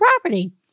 property